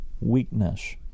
weakness